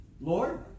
Lord